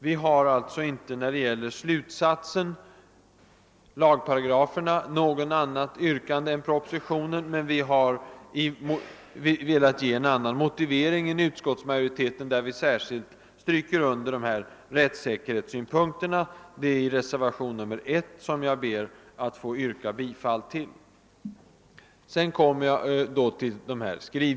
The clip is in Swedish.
Vi har alltså inte något annat yrkande än propositionens när det gäller lagparagraferna, men vi har velat ge en annan motivering än utskottsmajorite ten och trycker på rältssäkerheten. Jag ber att få yrka bifall till reservation nr I.